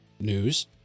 news